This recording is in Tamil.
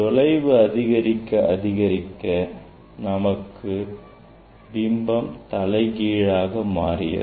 தொலைவு அதிகரிக்க அதிகரிக்க நமக்கு பிம்பம் தலைகீழாக மாறியது